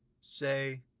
Say